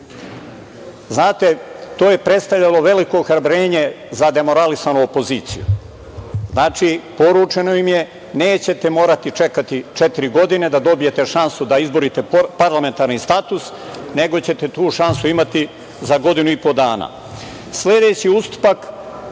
Znate, to je predstavljalo veliko ohrabrenje za demoralisanu opoziciju. Znači, poručeno im je – nećete morati čekati četiri godine da dobijete šansu da izborite parlamentarni status, nego ćete tu šansu imati za godinu i po dana. Sledeći ustupak